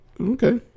okay